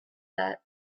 that